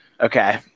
Okay